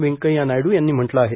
वेकय्या नायडू यांनी म्हटलं आहे